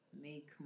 make